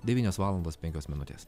devynios valandos penkios minutės